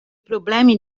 problemi